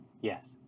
Yes